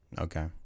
Okay